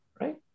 right